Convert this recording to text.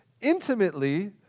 intimately